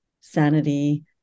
sanity